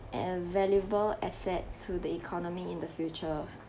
a valuable asset to the economy in the future